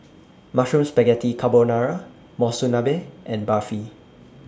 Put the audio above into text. Mushroom Spaghetti Carbonara Monsunabe and Barfi